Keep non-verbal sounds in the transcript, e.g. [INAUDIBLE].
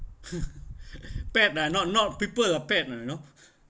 [LAUGHS] pet lah not not people pet lah you know